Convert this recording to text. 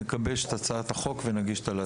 נגבש את הצעת החוק ונגיש אותה להצבעה.